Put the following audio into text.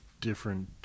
different